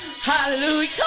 Hallelujah